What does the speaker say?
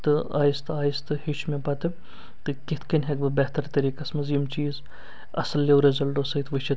تہٕ آہستہٕ آہستہٕ ہیٚوچھ مےٚ پتہٕ تہٕ کِتھ کٔنۍ ہیٚکہٕ بہٕ بہتر طریٖقَس منٛز یِم چیٖز اَصلیٛو رِزَلٹَو سۭتۍ وُچھِتھ